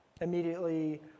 immediately